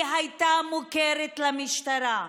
היא הייתה מוכרת למשטרה.